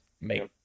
make